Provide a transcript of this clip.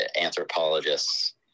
Anthropologists